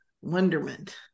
wonderment